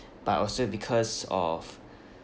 but also because of